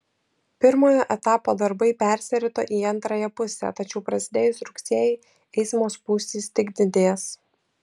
pirmojo etapo darbai persirito į antrąją pusę tačiau prasidėjus rugsėjui eismo spūstys tik didės